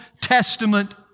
Testament